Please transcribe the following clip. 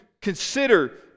consider